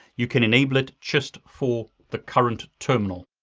you can enable it just for the current terminal.